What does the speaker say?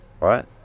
right